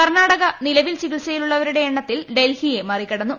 കർണാടക നിലവിൽ ചികിത്സയിലുള്ളവരുടെ എണ്ണത്തിൽ ഡൽഹിയെ മറികടന്നു